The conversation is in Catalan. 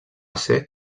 ser